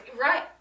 right